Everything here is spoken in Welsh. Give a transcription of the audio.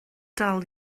dal